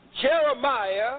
Jeremiah